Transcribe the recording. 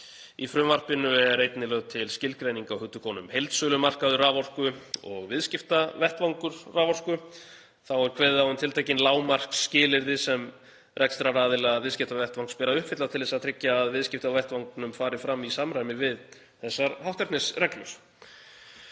Í frumvarpinu er einnig lögð til skilgreining á hugtökunum heildsölumarkaður raforku og viðskiptavettvangur raforku. Þá er kveðið á um tiltekin lágmarksskilyrði sem rekstraraðila viðskiptavettvangs ber að uppfylla til að tryggja að viðskipti á vettvanginum fari fram í samræmi við hátternisreglurnar.